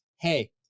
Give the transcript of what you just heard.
Hey